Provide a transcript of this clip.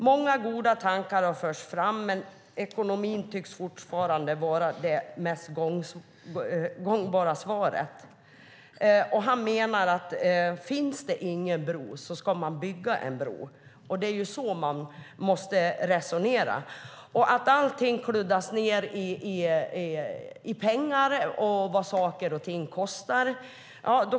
Många goda tankar har förts fram, men ekonomin tycks fortfarande vara det mest gångbara svaret. Finns det ingen bro ska man bygga en bro, menar han, och det är så man måste resonera. Allting kluddas ned i pengar och vad saker och ting kostar.